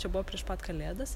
čia buvo prieš pat kalėdas